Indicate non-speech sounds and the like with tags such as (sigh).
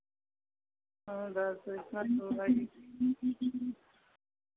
हाँ डांस सिखा तो रही (unintelligible)